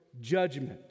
judgment